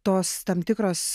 tos tam tikros